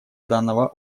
данного